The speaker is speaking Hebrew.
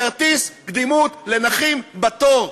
כרטיס קדימות לנכים בתור.